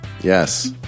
Yes